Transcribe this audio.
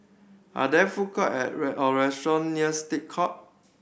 are there food court and or restaurant near State Court